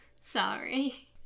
sorry